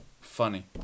funny